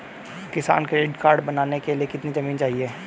किसान credit card बनाने के लिए कितनी जमीन चाहिए?